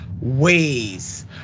ways